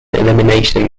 elimination